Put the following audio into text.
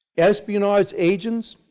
espionage agents,